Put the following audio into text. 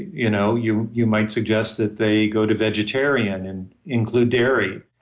you know you you might suggest that they go to vegetarian and include dairy.